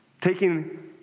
taking